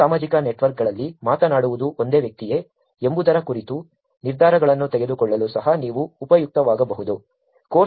ಬಹು ಸಾಮಾಜಿಕ ನೆಟ್ವರ್ಕ್ಗಳಲ್ಲಿ ಮಾತನಾಡುವುದು ಒಂದೇ ವ್ಯಕ್ತಿಯೇ ಎಂಬುದರ ಕುರಿತು ನಿರ್ಧಾರಗಳನ್ನು ತೆಗೆದುಕೊಳ್ಳಲು ಸಹ ನೀವು ಉಪಯುಕ್ತವಾಗಬಹುದು